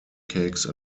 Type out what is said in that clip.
cakes